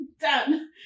Done